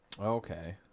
okay